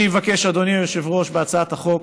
אני מבקש, אדוני היושב-ראש, בהצעת החוק